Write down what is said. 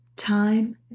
Time